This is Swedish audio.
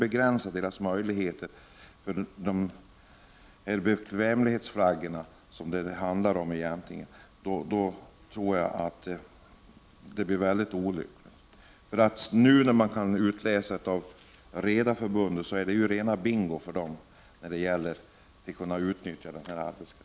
Kommer nu dess möjligheter att begränsas när det gäller bekvämlighetsflaggade fartyg — det är sådana det egentligen handlar om — är det enligt min mening mycket olyckligt. Såvitt man kan utläsa av Redareförbundets organ är det rena bingo för redarna när det gäller att kunna utnyttja den här arbetskraften.